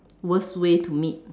worst way to meet